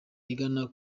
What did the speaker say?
igana